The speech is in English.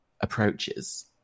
approaches